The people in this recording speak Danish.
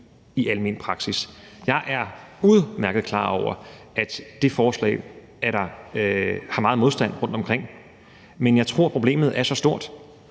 i almen praksis. Jeg er udmærket klar over, at det forslag har mødt meget modstand rundtomkring, men jeg tror, problemet er stå stort,